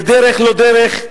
בדרך לא דרך,